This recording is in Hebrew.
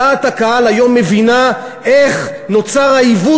דעת הקהל היום מבינה איך נוצר העיוות